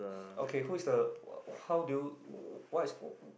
okay who is the how do you what is what